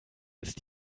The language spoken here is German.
ist